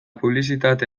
publizitate